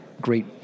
great